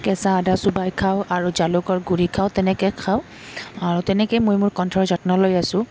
কেঁচা আদা চুবাই খাওঁ আৰু জালুকৰ গুড়ি খাওঁ তেনেকৈ খাওঁ আৰু তেনেকৈয়ে মই মোৰ কণ্ঠৰ যত্ন লৈ আছোঁ